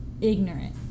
ignorant